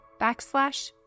backslash